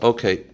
Okay